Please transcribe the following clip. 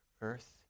earth